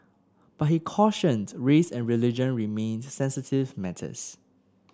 but he cautioned race and religion remained sensitive matters